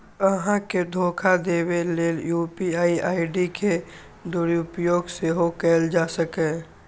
अहां के धोखा देबा लेल यू.पी.आई आई.डी के दुरुपयोग सेहो कैल जा सकैए